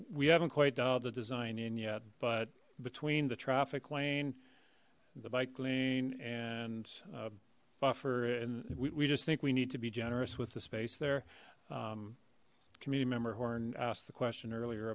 we haven't quite done the design in yet but between the traffic lane the bike lane and buffer and we just think we need to be generous with the space there community member horne asked the question earlier